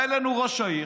בא אלינו ראש העיר,